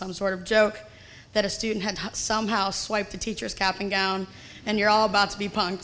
some sort of joke that a student had somehow swiped a teacher's cap and gown and you're all about to be punk